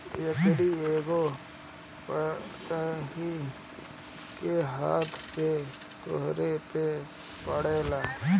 एकरी एकहगो पतइ के हाथे से तुरे के पड़ेला